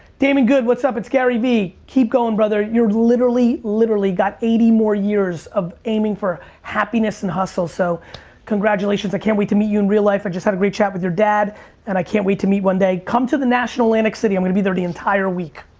damon good, what's up, it's gary vee. keep going, brother. you're literally, literally got eighty more years of aiming for happiness and hustle. so congratulations, i can't wait to meet you in real life. i just had a great chat with your dad and i can't wait to meet one day. come to the national in atlantic city. i'm gonna be there the entire week.